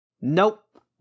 Nope